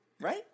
right